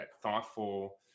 thoughtful